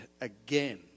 again